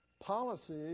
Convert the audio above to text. policy